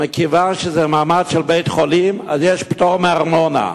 ומכיוון שזה מעמד של בית-חולים אז יש פטור מארנונה,